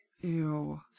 Ew